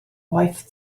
waith